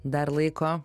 dar laiko